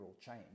change